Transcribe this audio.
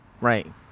Right